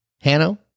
Hanno